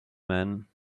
man